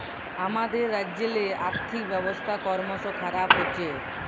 আমাদের রাজ্যেল্লে আথ্থিক ব্যবস্থা করমশ খারাপ হছে